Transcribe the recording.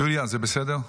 יוליה, זה בסדר?